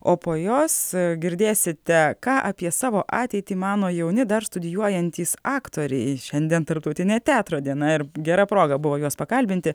o po jos girdėsite ką apie savo ateitį mano jauni dar studijuojantys aktoriai šiandien tarptautinė teatro diena ir gera proga buvo juos pakalbinti